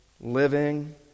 living